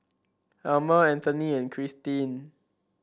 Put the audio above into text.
Elmer Anthony and Cristin